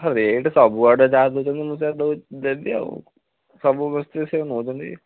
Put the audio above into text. ହଁ ରେଟ୍ ସବୁଆଡ଼େ ଯାହା ଦେଉଛନ୍ତି ମୁଁ ସେଇଆ ଦେବି ଆଉ ସବୁ ଗୋଷ୍ଠୀ ସେଇ ନେଉଛନ୍ତି